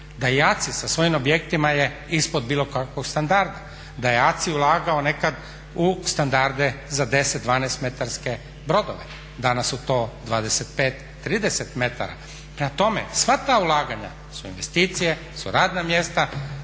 da i ACI sa svojim objektima je ispod bilo kakvog standarda, da je ACI ulagao nekad u standarde za 10, 12 metarske brodove. Danas su to 25, 30 metara. Prema tome, sva ta ulaganja su investicije, su radna mjesta,